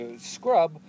scrub